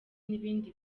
n’ibindi